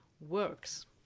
works